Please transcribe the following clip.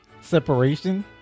separation